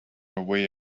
away